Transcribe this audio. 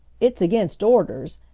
it's against orders,